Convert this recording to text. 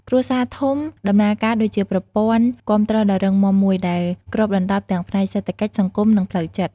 គ្រួសារធំដំណើរការដូចជាប្រព័ន្ធគាំទ្រដ៏រឹងមាំមួយ ដែលគ្របដណ្តប់ទាំងផ្នែកសេដ្ឋកិច្ច សង្គម និងផ្លូវចិត្ត។